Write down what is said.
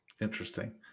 Interesting